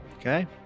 Okay